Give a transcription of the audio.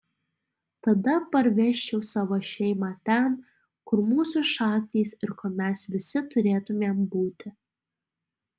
tada parvežčiau savo šeimą ten kur mūsų šaknys ir kur mes visi turėtumėm būti